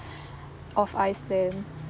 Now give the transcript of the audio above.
of ice blend